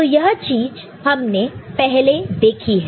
तो यह चीज हमने पहले देखी है